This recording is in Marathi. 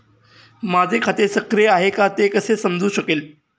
माझे खाते सक्रिय आहे का ते कसे समजू शकेल?